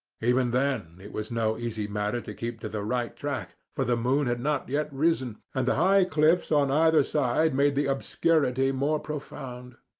even then it was no easy matter to keep to the right track, for the moon had not yet risen, and the high cliffs on either side made the obscurity more profound.